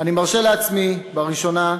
אני מרשה לעצמי, בראשונה,